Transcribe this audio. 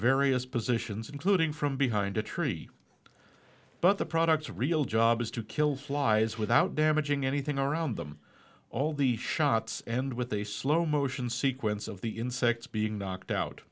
various positions including from behind a tree but the products real job is to kill flies without damaging anything around them all the shots end with a slow motion sequence of the insects being knocked out